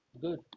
good